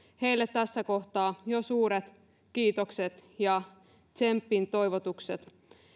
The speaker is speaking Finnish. heille tässä kohtaa jo suuret kiitokset ja tsempin toivotukset